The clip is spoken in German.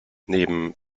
neben